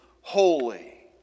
holy